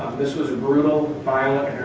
this was a brutal, violent,